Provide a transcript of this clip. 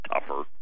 tougher